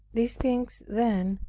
these things then,